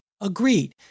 Agreed